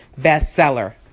bestseller